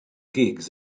gigs